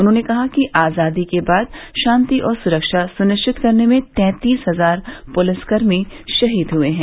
उन्होंने कहा कि आजादी के बाद शांति और सुरक्षा सुनिश्चित करने में तैंतीस हजार पुलिसकर्मी शहीद हुए हैं